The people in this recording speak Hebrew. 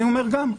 אני אומר גם,